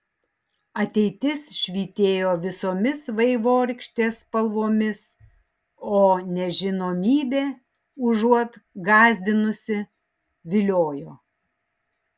ateitis švytėjo visomis vaivorykštės spalvomis o nežinomybė užuot gąsdinusi viliojo